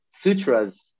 sutras